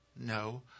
no